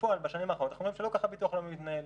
בפועל בשנים האחרונות אנחנו רואים שלא כך הביטוח הלאומי מתנהל.